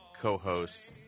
co-host